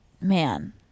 man